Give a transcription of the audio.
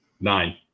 Nine